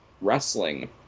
wrestling